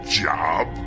job